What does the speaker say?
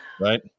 Right